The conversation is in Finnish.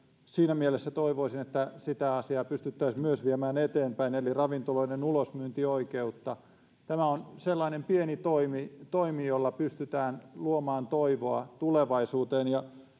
siinä mielessä toivoisin että sitä asiaa pystyttäisiin myös viemään eteenpäin eli ravintoloiden ulosmyyntioikeutta tämä on sellainen pieni toimi toimi jolla pystytään luomaan toivoa tulevaisuuteen